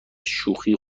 شوخی